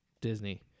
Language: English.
Disney